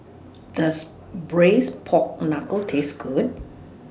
Does Braised Pork Knuckle Taste Good